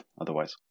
otherwise